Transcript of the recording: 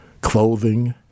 clothing